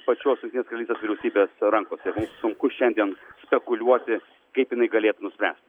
pačios jungtinės karalystės vyriausybės rankose ir mums sunku šiandien spekuliuoti kaip jinai galėtų nuspręsti